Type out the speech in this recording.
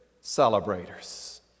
celebrators